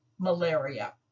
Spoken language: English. malaria